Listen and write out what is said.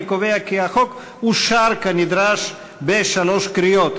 אני קובע כי החוק אושר כנדרש בשלוש קריאות.